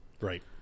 right